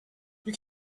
you